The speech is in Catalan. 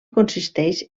consisteix